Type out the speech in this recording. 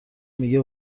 میگه